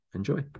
Enjoy